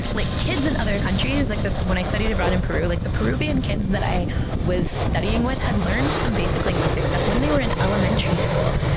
like kids in other countries. like when i studied abroad in peru, like the peruvian kids that i was studying with had learned some basic linguistic stuff when they were in elementary school!